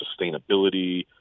sustainability